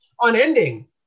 Unending